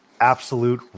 Absolute